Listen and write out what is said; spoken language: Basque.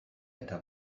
eta